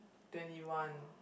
twenty one